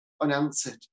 unanswered